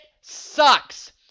sucks